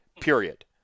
Period